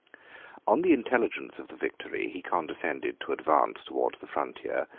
on the intelligence of the victory he condescended to advance towards the frontier,